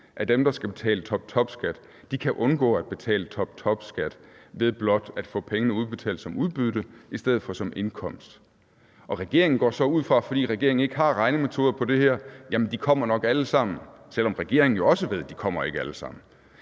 af dem, der skal betale toptopskat, kan undgå at betale toptopskat ved blot at få pengene udbetalt som udbytte i stedet for som indkomst. Og regeringen går så ud fra, fordi regeringen ikke har regnemetoder på det her, at de nok alle sammen kommer, selv om regeringen jo godt ved, at de ikke alle sammen